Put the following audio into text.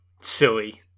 silly